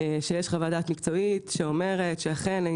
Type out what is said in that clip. שיש חוות דעת מקצועית שאומרת,